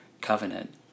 Covenant